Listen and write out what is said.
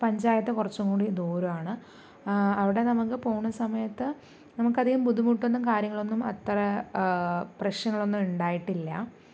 പഞ്ചായത്ത് കുറച്ചും കൂടി ദൂരമാണ് അവിടെ നമുക്ക് പോവണ സമയത്ത് നമുക്കധികം ബുദ്ധിമുട്ടൊന്നും കാര്യങ്ങളൊന്നും അത്ര പ്രശ്നങ്ങളൊന്നും ഉണ്ടായിട്ടില്ല